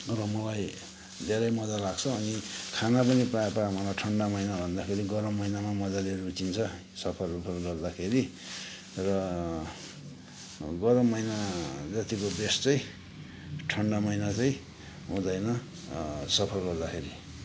र मलाई धेरै मजा लाग्छ अनि खाना पनि प्रायः प्रायः मलाई ठन्डा महिनाभन्दाखेरि गरम महिनामा मजाले रुचिन्छ सफरउफर गर्दाखेरि र गरम महिना जतिको बेस्ट चाहिँ ठन्डा महिना चाहिँ हुँदैन सफर गर्दाखेरि